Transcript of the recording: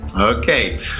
Okay